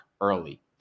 early